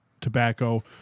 tobacco